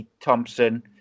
Thompson